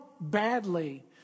badly